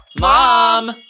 Mom